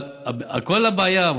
אבל כל הבעיה,